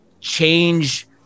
change